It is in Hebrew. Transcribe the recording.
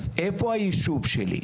אז איפה היישוב שלי?